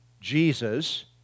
Jesus